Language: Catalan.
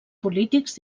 polítics